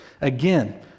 again